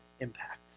impact